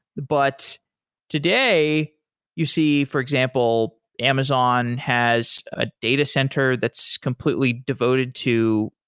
but today you see, for example, amazon has a data center that's completely devoted to,